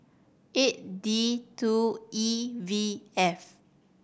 eight D two E V F